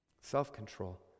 self-control